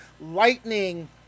lightning